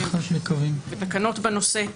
ותקנות בנושא.